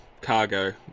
cargo